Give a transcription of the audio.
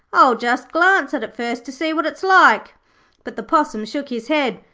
i'll just glance at it first, to see what it's like but the possum shook his head.